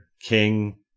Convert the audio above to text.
King